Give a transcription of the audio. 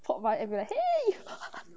pop by and be like !hey!